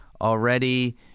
already